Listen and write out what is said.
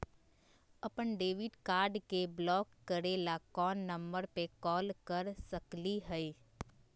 अपन debit card के block करे ला कौन नंबर पे कॉल कर सकली हई?